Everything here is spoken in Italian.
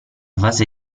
fase